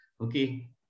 Okay